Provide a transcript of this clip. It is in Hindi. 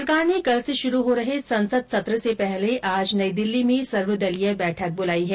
सरकार ने कल से शुरू हो रहे संसद सत्र से पहले आज नई दिल्ली में सर्वदलीय बैठक बुलाई है